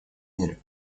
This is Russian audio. мире